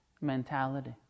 mentality